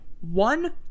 one